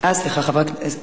רבותי השרים,